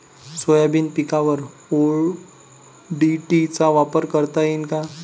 Soybean पिकावर ODT चा वापर करता येईन का?